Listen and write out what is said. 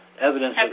evidence